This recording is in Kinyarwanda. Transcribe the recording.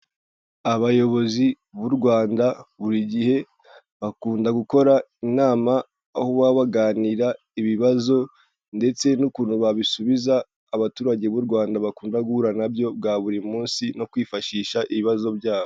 Abayobozi b'u Rwanda buri gihe bakunda gukora inama, aho baba baganira ibibazo ndetse n'ukuntu babisubiza abaturage b'u Rwanda bakunda guhura na byo bwa buri munsi no kwifashisha ibibazo byabo.